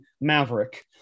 maverick